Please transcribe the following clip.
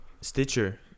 Stitcher